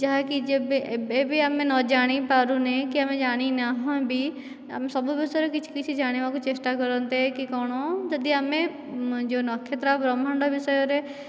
ଯାହାକି ଯେ ଏବେ ଆମେ ଜାଣିପାରୁନେ କି ଆମେ ଜାଣିନାହେଁ ବି ଏସବୁ ବିଷୟରେ କିଛିକିଛି ଜାଣିବାକୁ ଚେଷ୍ଟା କରନ୍ତେ କି କ'ଣ ଯଦି ଆମେ ଯେଉଁ ନକ୍ଷତ୍ର କି ବ୍ରହ୍ମାଣ୍ଡ ବିଷୟରେ